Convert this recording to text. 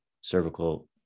cervical